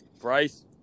Bryce